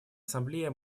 ассамблея